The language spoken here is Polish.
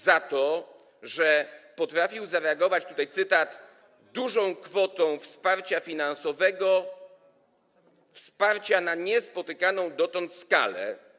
za to, że potrafili zareagować, za - tutaj cytat - dużą kwotę wsparcia finansowego, wsparcia na niespotykaną dotąd skalę.